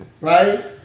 Right